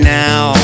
now